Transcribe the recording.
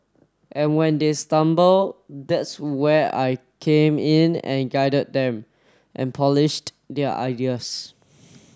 and when they stumble that's where I came in and guided them and polished their ideas